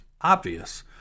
obvious